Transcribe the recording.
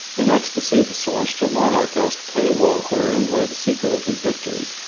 in ecstasy the celestial monarch asked peiwoh wherein lay the secret of his victory.